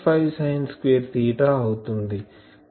5 sine square అవుతుంది